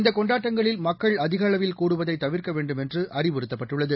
இந்த கொண்டாட்டங்களில் மக்கள் அதிக அளவில் கூடுவதை தவிர்க்க வேண்டுமென்று அறிவுறுத்தப்பட்டுள்ளது